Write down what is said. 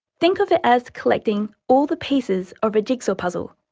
think of it as collecting all the pieces of a jigsaw puzzle.